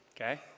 okay